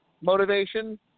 motivation